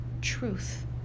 truth